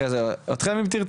אחרי זה אתכם אם תרצו,